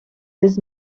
this